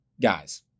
guys